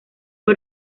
fue